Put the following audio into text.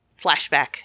flashback